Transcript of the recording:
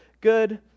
good